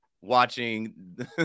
watching